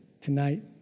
tonight